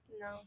No